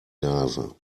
nase